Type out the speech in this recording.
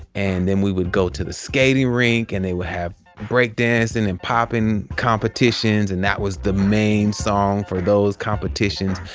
and then we would go to the skating rink and they would have breakdancing and popping competitions, and that was the main song for those competitions.